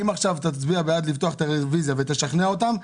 אם עכשיו תצביע בעד לפתוח את הרביזיה ותשכנע אותם,